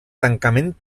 tancament